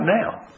now